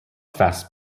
fast